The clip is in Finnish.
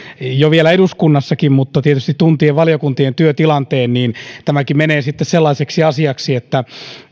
vielä eduskunnassakin mutta tietysti tuntien valiokuntien työtilanteen tämäkin menee sellaiseksi asiaksi että